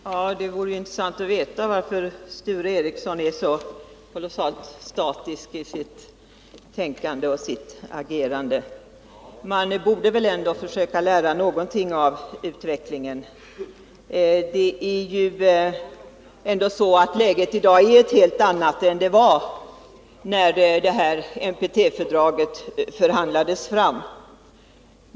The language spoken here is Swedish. Herr talman! Det vore intressant att veta varför Sture Ericson är så statisk i sitt tänkande och agerande. Man borde väl ändå försöka lära någonting av utvecklingen. Läget i dag är ett helt annat än det var när NPT-fördraget förhandlades fram.